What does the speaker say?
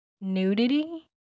nudity